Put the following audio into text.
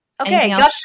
Okay